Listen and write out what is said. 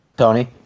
Tony